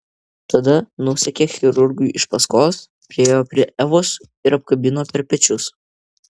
tada nusekė chirurgui iš paskos priėjo prie evos ir apkabino per pečius